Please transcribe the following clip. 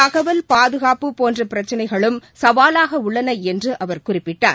தகவல் பாதுகாப்பு போன்ற பிரச்சினைகளும் சவாவாக உள்ளன என்று அவர் குறிப்பிட்டார்